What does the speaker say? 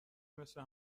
مثل